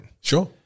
Sure